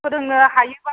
फोरोंनो हायोबा मानि